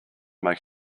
make